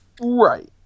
Right